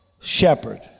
shepherd